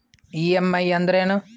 EMI ಅಂದ್ರೇನು?